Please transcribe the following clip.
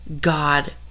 God